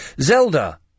Zelda